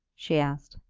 she asked.